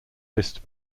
list